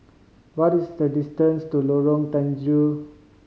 what is the distance to Lorong Terigu